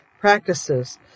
practices